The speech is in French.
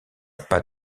pas